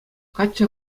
каччӑ